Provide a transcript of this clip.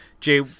Jay